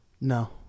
No